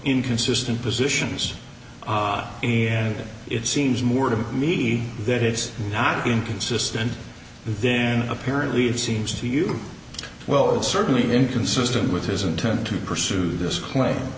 inconsistent positions ah and then it seems more to me that it's not inconsistent then apparently it seems to you well certainly inconsistent with his intent to pursue this claim